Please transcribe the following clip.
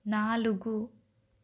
నాలుగు